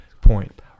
point